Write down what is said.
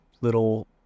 little